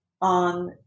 on